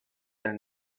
del